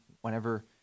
whenever